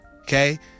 Okay